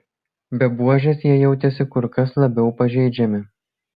be buožės jie jautėsi kur kas labiau pažeidžiami